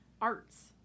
Arts